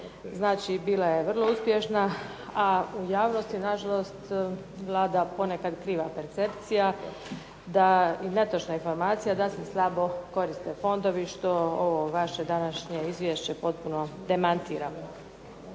Znači, bila je vrlo uspješna, a u javnosti na žalost vlada ponekad kriva percepcija i netočna informacija da se slabo koriste fondovi što ovo vaše današnje izvješće potpuno demantira.